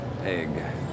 egg